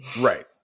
Right